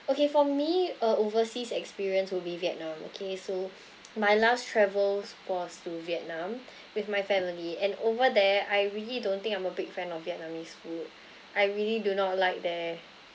okay for me a overseas experience would be vietnam okay so my last travels was to vietnam with my family and over there I really don't think I'm a big fan of vietnamese food I really do not like there